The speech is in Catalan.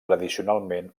tradicionalment